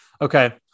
Okay